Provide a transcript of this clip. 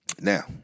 now